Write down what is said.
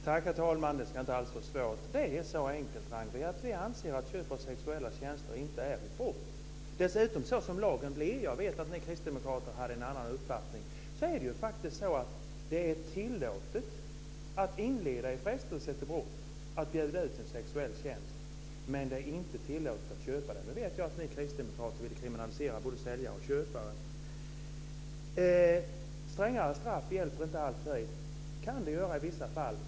Herr talman! Det ska inte alls vara svårt. Det är så enkelt, Ragnwi Marcelind, att vi anser att köp av sexuella tjänster inte är ett brott. Dessutom är det, så som lagen blir, tillåtet att inleda i frestelse till brott. Jag vet att ni kristdemokrater hade en annan uppfattning. Det är tillåtet att bjuda ut en sexuell tjänst men inte att köpa den. Jag vet att ni kristdemokrater ville kriminalisera både säljare och köpare. Strängare straff hjälper inte alltid. Det kan göra det i vissa fall.